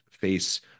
face